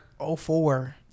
04